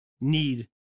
need